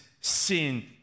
sin